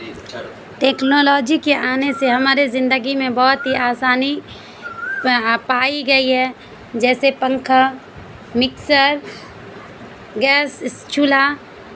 technology کے آنے سے ہمارے زندگی میں بہت ہی آسانی پائی گئی ہے جیسے پنکھا مکسر گیس اس چولہا